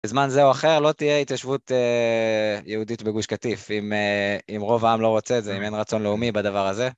בזמן זה או אחר לא תהיה התיישבות יהודית בגוש כתיף, אם רוב העם לא רוצה את זה, אם אין רצון לאומי בדבר הזה.